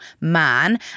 man